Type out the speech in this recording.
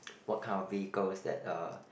what kind of vehicles that uh